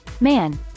man